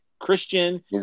Christian